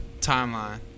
timeline